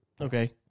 Okay